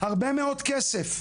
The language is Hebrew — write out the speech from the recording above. הרבה מאוד כסף.